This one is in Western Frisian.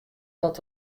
dat